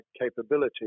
capability